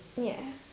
yeah